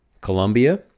Colombia